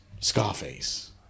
Scarface